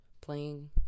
playing